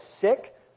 sick